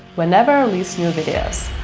whenever release new videos.